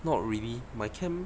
not really my camp